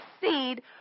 seed